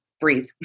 breathe